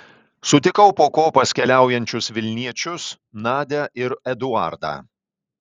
sutikau po kopas keliaujančius vilniečius nadią ir eduardą